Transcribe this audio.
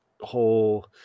whole